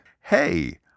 hey